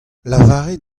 lavarit